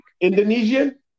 Indonesian